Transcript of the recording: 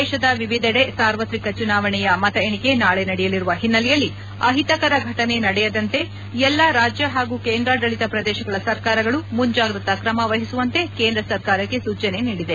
ದೇಶದ ವಿವಿಧೆಡೆ ಸಾರ್ವತ್ರಿಕ ಚುನಾವಣೆಯ ಮತ ಎಣಿಕೆ ನಾಳೆ ನಡೆಯಲಿರುವ ಹಿನ್ನೆಲೆಯಲ್ಲಿ ಅಹಿತರಕರ ಫಟನೆ ನಡೆಯದಂತೆ ಎಲ್ಲಾ ರಾಜ್ಯ ಹಾಗೂ ಕೇಂದ್ರಾಡಳಿತ ಪ್ರದೇಶಗಳ ಸರ್ಕಾರಗಳು ಮುಂಜಾಗ್ರತಾ ಕ್ರಮ ವಹಿಸುವಂತೆ ಕೇಂದ್ರ ಸರ್ಕಾರ ಸೂಚನೆ ನೀಡಿದೆ